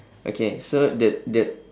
okay so the the